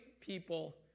people